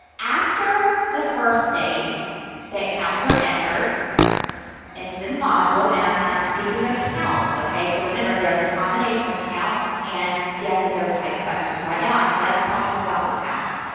after the first date that counts are entered into the module, and and i'm speaking of counts, okay, so remember, there's a combination of counts and yes and no type questions. right now, i'm just talking about the counts.